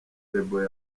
label